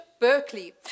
Berkeley